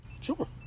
Sure